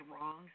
wrong